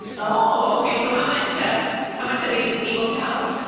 oh, okay, so how much ah how much are they able to help?